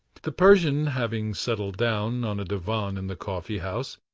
the persian having settled down on a divan in the coffee-house,